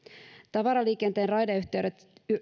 tavaraliikenteen raideyhteydet